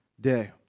day